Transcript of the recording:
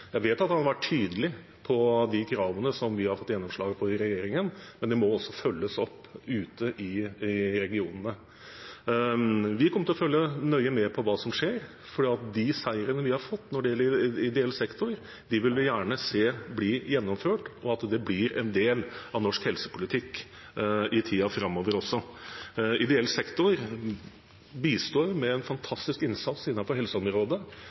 Jeg vet at han har vært tydelig på de kravene som vi har fått gjennomslag for i regjeringen, men det må også følges opp ute i regionene. Vi kommer til å følge nøye med på hva som skjer, for de seirene vi har fått når det gjelder ideell sektor, vil vi gjerne se bli gjennomført, og at det blir en del av norsk helsepolitikk i tiden framover. Ideell sektor bistår med en fantastisk innsats innen helseområdet,